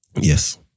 Yes